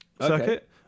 circuit